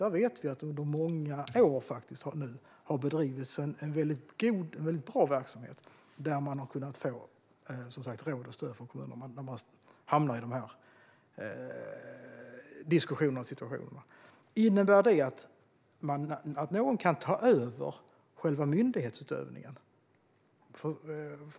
Vi vet att det där under många år har bedrivits en väldigt bra verksamhet, där kommunerna har kunnat få råd och stöd när de har hamnat i dessa diskussioner och situationer. Innebär det att någon kan ta över själva myndighetsutövningen?